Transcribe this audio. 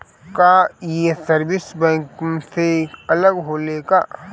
का ये service bank से अलग होला का?